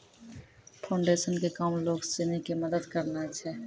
foundation के काम लोगो सिनी के मदत करनाय छै